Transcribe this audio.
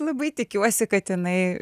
labai tikiuosi kad jinai